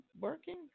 working